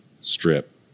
strip